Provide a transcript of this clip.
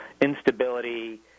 instability